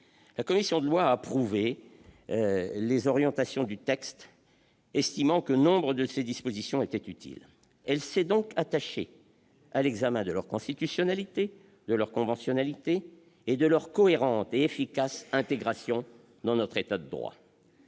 La commission des lois a approuvé les orientations du texte, estimant que nombre de ses dispositions étaient utiles. Elle s'est donc attachée à l'examen de leur constitutionnalité, de leur conventionnalité et de leur cohérente et efficace intégration dans notre État de droit.